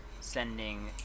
sending